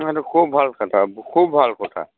নহয় এইটো খুব ভাল কথা খুব ভাল কথা